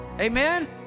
Amen